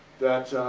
that,